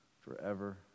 Forever